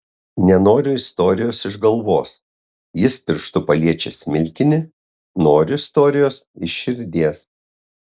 nenoriu istorijos iš galvos jis pirštu paliečia smilkinį noriu istorijos iš širdies